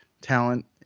talent